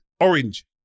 Orange